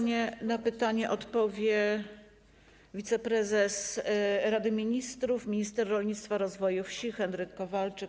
Na pytanie odpowie wiceprezes Rady Ministrów, minister rolnictwa i rozwoju wsi Henryk Kowalczyk.